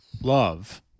love